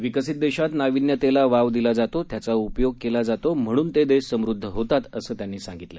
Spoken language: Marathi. विकसित देशात नाविन्यतेला वाव दिला जातो त्याचा उपयोग केला जातो म्हणून ते देश समृद्ध होतात असं त्यांनी सांगितलं